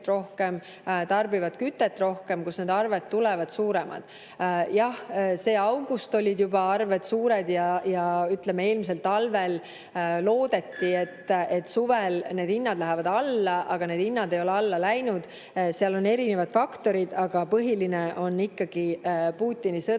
rohkem, tarbivad kütet rohkem, ja arved tulevad suuremad. Jah, augustis olid arved suured. Eelmisel talvel loodeti, et suvel lähevad hinnad alla, aga hinnad ei ole alla läinud. Seal on erinevaid faktoreid, aga põhiline on ikkagi Putini sõda